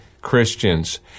Christians